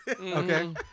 Okay